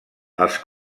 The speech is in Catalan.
els